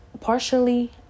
partially